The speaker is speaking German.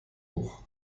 hoch